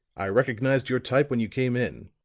i recognized your type when you came in.